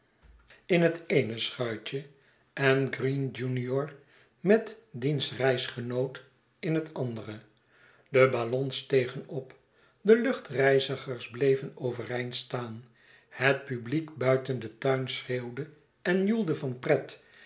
in het eene schuitje en green junior met diens reisgenoot in het andere de ballonsstegenop de luchtreizigers bleven overeind staan het publiek buiten den tuin schreeuwde enjoeldevan pret